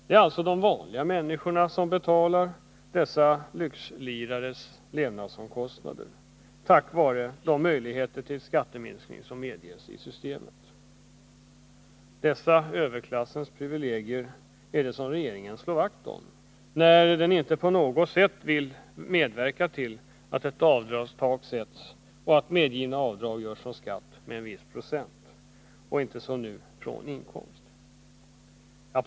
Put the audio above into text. Det är alltså de vanliga människorna som betalar dessa ”lyxlirares” levnadsomkostnader, tack vare de möjligheter till skatteminskning som medges i systemet. Dessa överklassens privilegier är det som regeringen slår vakt om när den inte på något sätt vill medverka till att ett avdragstak sätts och att man medger avdrag från skatt med en viss procent och inte som nu från inkomst.